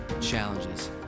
challenges